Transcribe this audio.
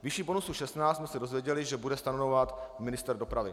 Výši bonusu 16, jsme se dozvěděli, že bude stanovovat ministr dopravy.